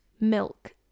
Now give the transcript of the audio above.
milk